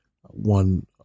one